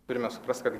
turime suprast kad